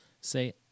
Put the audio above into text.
say